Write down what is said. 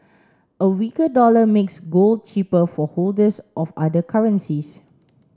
a weaker dollar makes gold cheaper for holders of other currencies